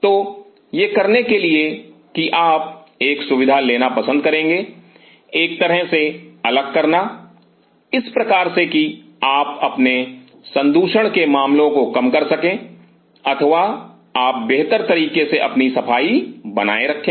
तो यह करने के लिए कि आप एक सुविधा लेना पसंद करेंगे एक तरह से अलग करना इस प्रकार से कि आप अपने संदूषण के मामलों को कम कर सकें अथवा आप बेहतर तरीके से अपनी सफाई बनाए रखें